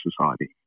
society